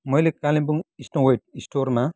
मैले Kalimpong snow white स्टोरमा